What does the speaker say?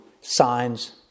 signs